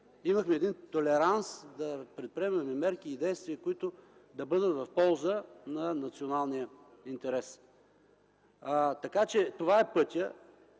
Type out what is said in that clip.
и един толеранс да предприемаме мерки и действия, които да бъдат в полза на националния интерес. Това е пътят!